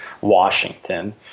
Washington